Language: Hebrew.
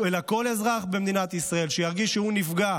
אלא כל אזרח במדינת ישראל שירגיש שהוא נפגע